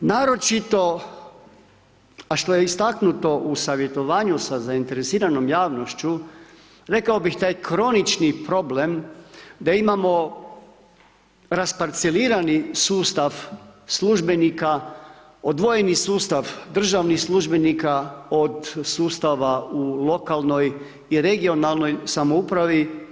Naročito a što je istaknuto u savjetovanju sa zainteresiranom javnošću, rekao bih da je kronični problem da imamo rasparcelirani sustav službenika, odvojeni sustav državnih službenika od sustava u lokalnoj i regionalnoj samoupravi.